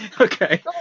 okay